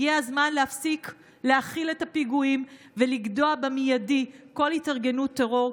הגיע הזמן להפסיק להכיל את הפיגועים ולגדוע במיידי כל התארגנות טרור,